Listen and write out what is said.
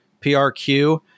PRQ